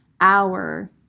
hour